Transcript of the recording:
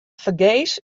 fergees